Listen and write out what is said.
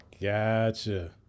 Gotcha